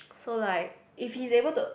so like if he's able to